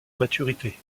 maturité